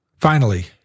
Finally-